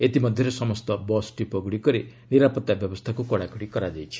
ଇତିମଧ୍ୟରେ ସମସ୍ତ bus depot ଗୁଡ଼ିକରେ ନିରାପତ୍ତା ବ୍ୟବସ୍ଥାକୁ କଡ଼ାକଡ଼ି କରାଯାଇଛି